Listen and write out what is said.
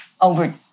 over